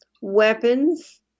weapons